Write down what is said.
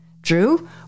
drew